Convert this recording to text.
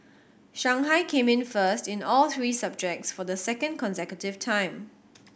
Shanghai came in first in all three subjects for the second consecutive time